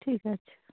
ঠিক আছে